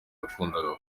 yakundaga